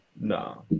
no